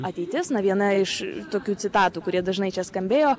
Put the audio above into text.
ateitis na viena iš tokių citatų kurie dažnai čia skambėjo